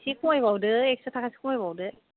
एसे खमायबावदो एकस' थाखासो खमायबावदो